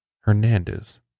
Hernandez